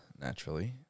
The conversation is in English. naturally